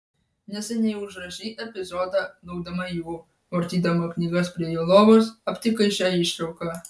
neseniai užrašei epizodą laukdama jo vartydama knygas prie jo lovos aptikai šią ištrauką